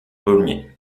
paulmier